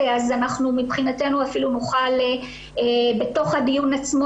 אז אנחנו מבחינתנו אפילו נוכל בתוך הדיון עצמו